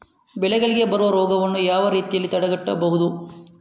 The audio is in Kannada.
ಬೆಳೆಗಳಿಗೆ ಬರುವ ರೋಗಗಳನ್ನು ಯಾವ ರೀತಿಯಲ್ಲಿ ತಡೆಗಟ್ಟಬಹುದು?